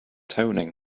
toning